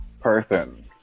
person